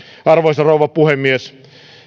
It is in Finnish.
arvoisa rouva puhemies